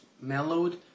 mellowed